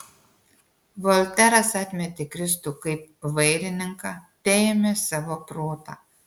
volteras atmetė kristų kaip vairininką teėmė savo protą